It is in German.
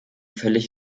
völlig